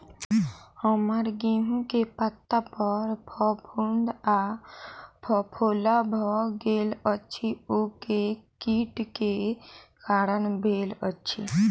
हम्मर गेंहूँ केँ पत्ता पर फफूंद आ फफोला भऽ गेल अछि, ओ केँ कीट केँ कारण भेल अछि?